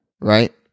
Right